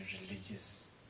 religious